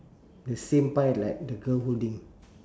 the same pie like the girl holding